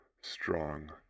Strong